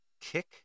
Kick